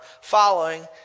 following